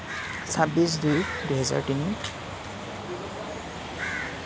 চাব্বিছ দুই দুহেজাৰ তিনি